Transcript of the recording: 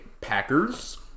Packers